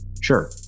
Sure